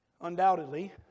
Undoubtedly